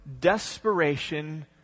desperation